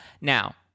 Now